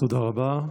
תודה רבה.